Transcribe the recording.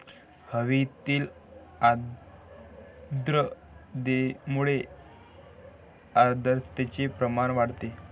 हवेतील आर्द्रतेमुळे आर्द्रतेचे प्रमाण वाढते